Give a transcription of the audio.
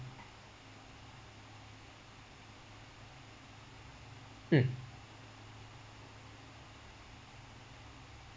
mm